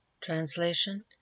translation